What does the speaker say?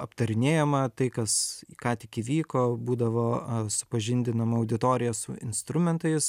aptarinėjama tai kas ką tik įvyko būdavo supažindinama auditorija su instrumentais